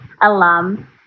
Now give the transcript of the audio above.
alum